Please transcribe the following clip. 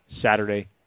Saturday